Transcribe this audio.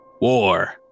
War